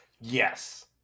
Yes